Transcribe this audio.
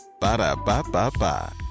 Ba-da-ba-ba-ba